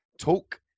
talk